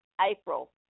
April